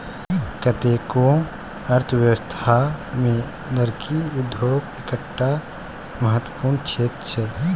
कतेको अर्थव्यवस्थामे लकड़ी उद्योग एकटा महत्वपूर्ण क्षेत्र छै